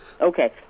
Okay